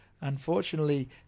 Unfortunately